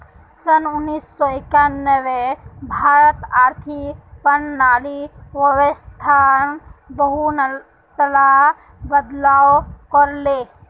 सन उन्नीस सौ एक्यानवेत भारत आर्थिक प्रणालीर व्यवस्थात बहुतला बदलाव कर ले